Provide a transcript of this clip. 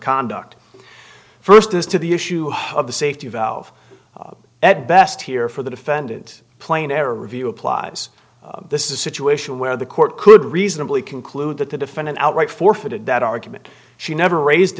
conduct first as to the issue of the safety valve at best here for the defendant plain error review applies this is a situation where the court could reasonably conclude that the defendant outright forfeited that argument she never raised